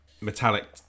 metallic